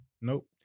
Nope